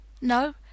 No